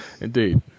Indeed